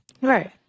Right